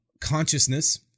consciousness